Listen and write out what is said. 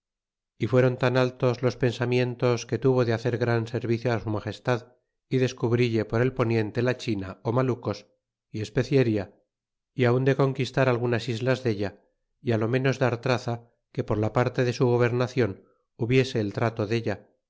y fuéron tan altos los pensamientos que tuvo de hacer gran servicio su magestad y descubrille por el poniente a china ó malucos y especenia y aun de conquistar algunas islas della y lo menos dar traza que por la parte de su gobernacion hubiese el trato della